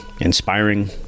inspiring